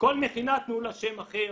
לכל מכינה יתנו שם אחר.